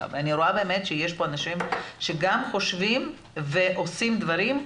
ואני רואה באמת שיש פה אנשים שגם חושבים ועושים דברים,